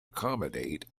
accommodate